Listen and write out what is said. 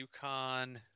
UConn